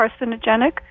carcinogenic